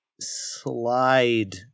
slide